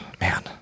Man